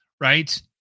right